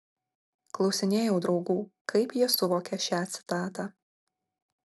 klausinėjau draugų kaip jie suvokia šią citatą